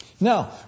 Now